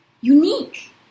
unique